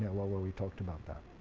and well well we talked about that.